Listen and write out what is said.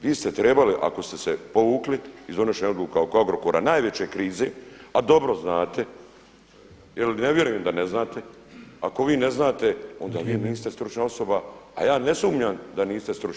Vi ste trebali, ako ste se povukli iz donošenja odluka oko Agrokora, najveće krize, a dobro znate, jer ne vjerujem da ne znate, ako vi ne znate onda vi niste stručna osoba a ja ne sumnjam da niste stručnjak.